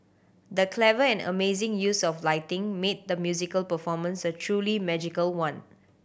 the clever and amazing use of lighting made the musical performance a truly magical one